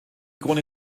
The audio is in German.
krone